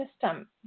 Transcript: system